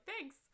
thanks